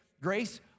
grace